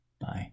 Bye